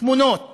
תמונות